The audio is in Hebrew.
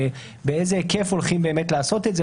באיזה היקף הולכים באמת לעשות את זה,